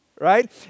right